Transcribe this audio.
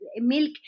milk